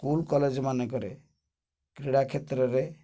school college ମାନଙ୍କରେ କ୍ରୀଡ଼ା କ୍ଷେତ୍ରରେ